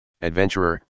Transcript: adventurer